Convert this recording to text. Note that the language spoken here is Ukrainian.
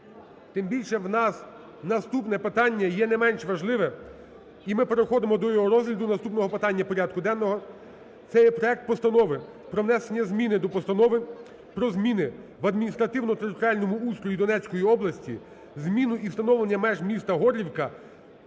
тим більше в нас наступне питання є не менш важливе. І ми переходимо до його розгляду, наступного питання порядку денного. Це є проект Постанови про внесення зміни до Постанови "Про зміни в адміністративно-територіальному устрої Донецької області, зміну і встановлення меж міста Горлівка